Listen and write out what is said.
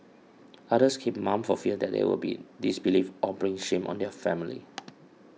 others keep mum for fear that they would be disbelieved or bring shame on their family